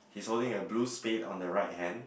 he's holding a blue spade on the right hand